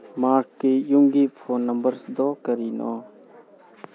ꯃꯥꯔꯛꯀꯤ ꯌꯨꯝꯒꯤ ꯐꯣꯟ ꯅꯝꯕꯔꯁꯗꯣ ꯀꯔꯤꯅꯣ